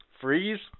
Freeze